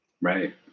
right